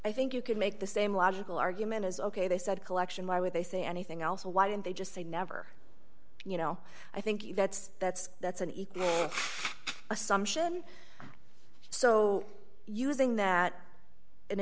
i think you could make the same logical argument is ok they said collection why would they say anything else why didn't they just say never you know i think that's that's that's an equal assumption so using that